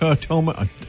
Toma